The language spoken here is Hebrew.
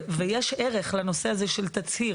ויש ערך לנושא התצהיר.